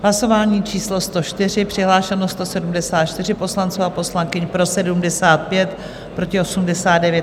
Hlasování číslo 104, přihlášeno 174 poslanců a poslankyň, pro 75, proti 89.